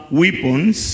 weapons